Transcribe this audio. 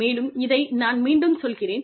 மேலும் இதை நான் மீண்டும் சொல்கிறேன்